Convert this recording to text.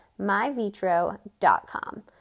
MyVitro.com